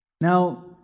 Now